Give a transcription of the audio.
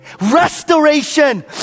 restoration